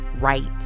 right